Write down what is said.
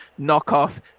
knockoff